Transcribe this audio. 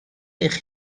eich